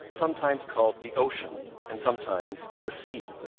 sometimes called the ocean and sometimes the sea.